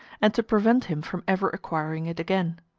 and to prevent him from ever acquiring it again.